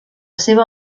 seva